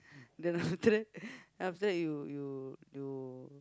then after that after that you you you